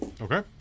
Okay